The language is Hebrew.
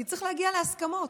כי צריך להגיע להסכמות.